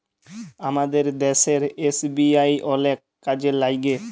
আমাদের দ্যাশের এস.বি.আই অলেক কাজে ল্যাইগে